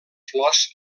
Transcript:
flors